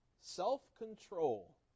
self-control